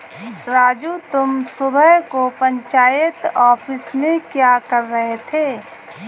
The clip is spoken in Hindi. राजू तुम सुबह को पंचायत ऑफिस में क्या कर रहे थे?